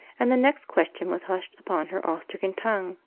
and the next question was hushed upon her awe-stricken tongue,